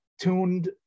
tuned